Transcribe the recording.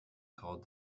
called